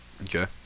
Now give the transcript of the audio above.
Okay